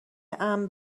امن